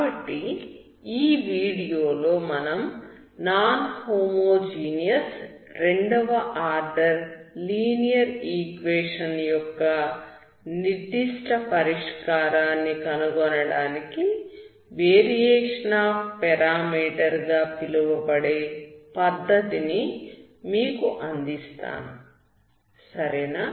కాబట్టి ఈ వీడియోలో మనం నాన్ హోమోజీనియస్ రెండవ ఆర్డర్ లీనియర్ ఈక్వేషన్ యొక్క నిర్దిష్ట పరిష్కారాన్ని కనుగొనడానికి వేరియేషన్ ఆఫ్ పెరామీటర్ గా పిలువబడే పద్ధతిని మీకు అందిస్తాము సరేనా